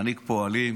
מנהיג פועלים